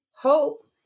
Hope